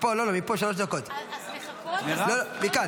לכל